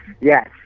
yes